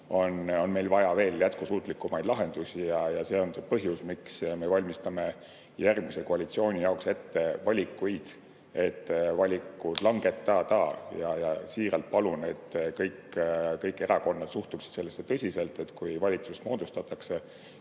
on meil vaja veel jätkusuutlikumaid lahendusi. See on põhjus, miks me valmistame järgmise koalitsiooni jaoks ette valikuid, et valikud langetada. Siiralt palun, et kõik erakonnad suhtuksid sellesse tõsiselt, et kui valitsust moodustatakse,